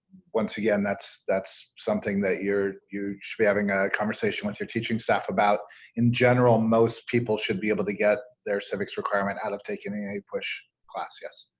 once again that's that's something that you're you should be having a conversation with your teaching staff about in general most people should be able to get their civics requirement out of taking a push class yes